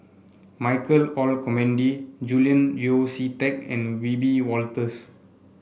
Michael Olcomendy Julian Yeo See Teck and Wiebe Wolters